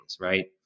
right